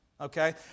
okay